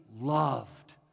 loved